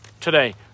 today